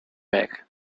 back